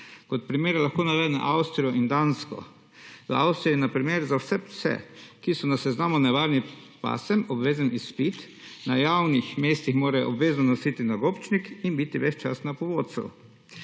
Kot primer lahko navedem Avstrijo in Dansko. Za Avstrijo je na primer za vse pse, ki so na seznamu nevarnih pasem, obvezen izpit, na javnih mestih morajo obvezno nositi nagobčnik in biti ves čas na povodcu.